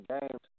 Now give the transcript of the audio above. games